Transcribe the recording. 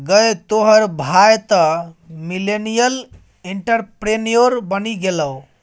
गै तोहर भाय तँ मिलेनियल एंटरप्रेन्योर बनि गेलौ